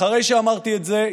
אחרי שאמרתי את זה,